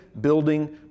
building